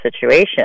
situation